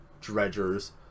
dredgers